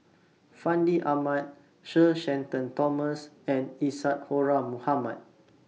Fandi Ahmad Sir Shenton Thomas and Isadhora Mohamed